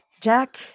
Jack